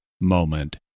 moment